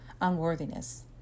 unworthiness